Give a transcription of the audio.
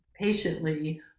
patiently